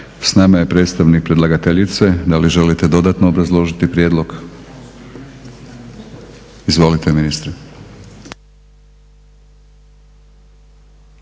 S nama je predstavnik predlagateljice, da li želite dodatno obrazložiti prijedlog? Izvolite ministre.